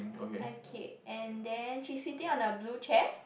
okay and then she is sitting on a blue chair